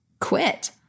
quit